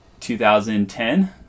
2010